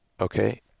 okay